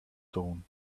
tone